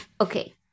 Okay